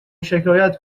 شکایت